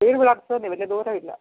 വീട് ഇവിടെ അടുത്ത് തന്നെ വലിയ ദൂരവില്ല